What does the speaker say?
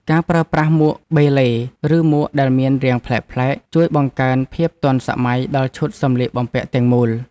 ការប្រើប្រាស់មួកបេឡេ ឬមួកដែលមានរាងប្លែកៗ ជួយបង្កើនភាពទាន់សម័យដល់ឈុតសម្លៀកបំពាក់ទាំងមូល។